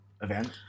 event